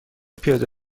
پیاده